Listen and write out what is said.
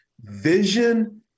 Vision